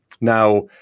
Now